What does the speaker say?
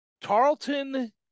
Tarleton